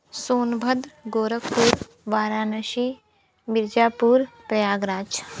Sonbhadra Gorakhpur Varanasi Mirzapur Prayagraj